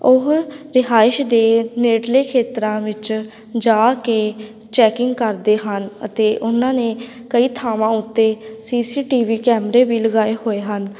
ਉਹ ਰਿਹਾਇਸ਼ ਦੇ ਨੇੜਲੇ ਖੇਤਰਾਂ ਵਿੱਚ ਜਾ ਕੇ ਚੈਕਿੰਗ ਕਰਦੇ ਹਨ ਅਤੇ ਉਹਨਾਂ ਨੇ ਕਈ ਥਾਵਾਂ ਉੱਤੇ ਸੀ ਸੀ ਟੀ ਵੀ ਕੈਮਰੇ ਵੀ ਲਗਾਏ ਹੋਏ ਹਨ